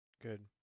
Good